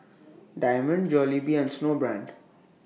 Diamond Jollibee and Snowbrand